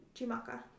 Chimaka